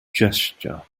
gesture